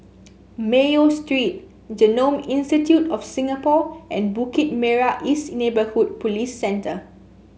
Mayo Street Genome Institute of Singapore and Bukit Merah East Neighbourhood Police Centre